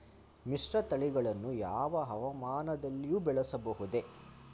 ಮಿಶ್ರತಳಿಗಳನ್ನು ಯಾವ ಹವಾಮಾನದಲ್ಲಿಯೂ ಬೆಳೆಸಬಹುದೇ?